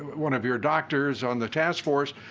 one of your doctors on the task force,